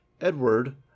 Edward